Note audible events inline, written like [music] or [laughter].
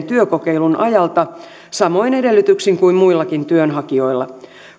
[unintelligible] työkokeilun ajalta samoin edellytyksin kuin muillakin työnhakijoilla